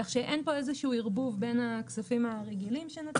כך שאין פה איזשהו ערבוב בין הכספים שנתג"ז